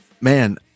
Man